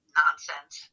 nonsense